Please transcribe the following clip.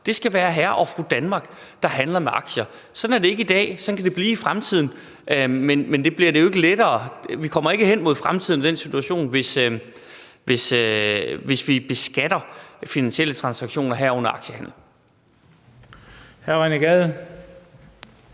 Det skal være hr. og fru Danmark, der handler med aktier. Sådan er det ikke i dag, sådan kan det blive i fremtiden. Men vi kommer ikke hen mod den situation i fremtiden, hvis vi beskatter finansielle transaktioner, herunder aktiehandel. Kl. 18:19 Den fg.